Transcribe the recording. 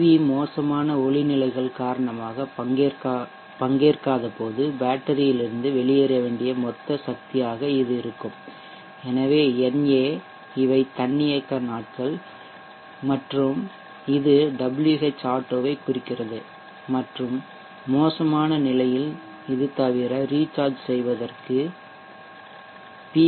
we மோசமான ஒளிநிலைகள் காரணமாக பங்கேற்காதபோது பேட்டரியிலிருந்து வெளியேற வேண்டிய மொத்த சக்தியாக இது இருக்கும் எனவே na இவை தன்னியக்க நாட்கள் மற்றும் இது Whauto வைக் குறிக்கிறது மற்றும் மோசமான நிலையில் இது தவிர ரீசார்ஜ் செய்வதற்கு பி